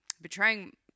betraying